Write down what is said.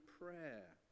prayer